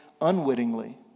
unwittingly